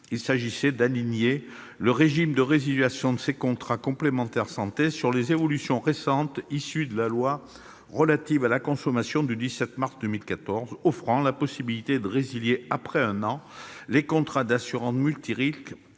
Il s'agissait d'aligner le régime de résiliation des contrats de complémentaire santé sur les évolutions récentes issues de la loi du 17 mars 2014 relative à la consommation, offrant la possibilité de résilier, après un an, les contrats d'assurance multirisque